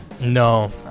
No